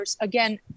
Again